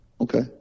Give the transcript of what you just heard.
Okay